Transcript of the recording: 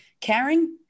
caring